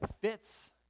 fits